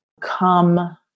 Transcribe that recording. come